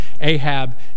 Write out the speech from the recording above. Ahab